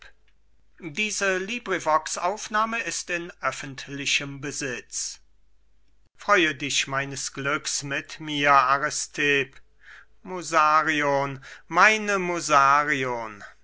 xxx kleonidas an aristipp freue dich meines glücks mit mir aristipp musarion meine